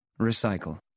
Recycle